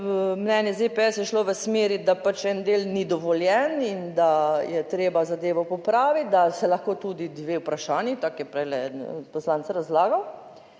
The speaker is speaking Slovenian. mnenje ZPS je šlo v smeri, da pač en del ni dovoljen in da je treba zadevo popraviti, da se lahko tudi dve vprašanji, tako je prejle poslanec razlagal,